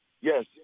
Yes